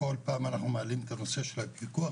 כשהנתונים שלנו הוצגו,